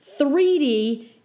3d